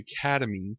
Academy